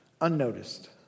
unnoticed